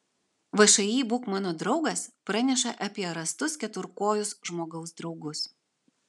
všį būk mano draugas praneša apie rastus keturkojus žmogaus draugus